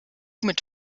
mit